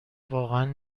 واقعا